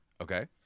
Okay